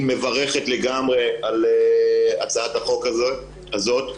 לגמרי מברכת על הצעת החוק הזאת.